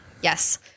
Yes